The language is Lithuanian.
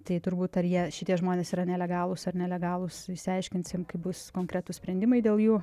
tai turbūt ar jie šitie žmonės yra nelegalūs ar nelegalūs išsiaiškinsim kaip bus konkretūs sprendimai dėl jų